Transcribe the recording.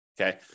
Okay